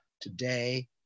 today